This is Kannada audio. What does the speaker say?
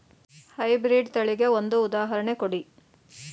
ಹೈ ಬ್ರೀಡ್ ತಳಿಗೆ ಒಂದು ಉದಾಹರಣೆ ಕೊಡಿ?